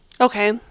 Okay